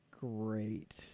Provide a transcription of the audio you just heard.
great